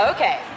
Okay